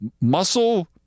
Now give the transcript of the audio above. Muscle